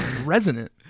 Resonant